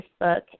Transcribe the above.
Facebook